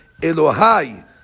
Elohai